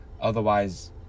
otherwise